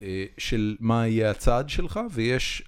של מה יהיה הצעד שלך, ויש...